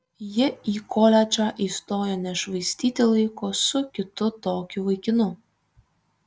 ji į koledžą įstojo nešvaistyti laiko su kitu tokiu vaikinu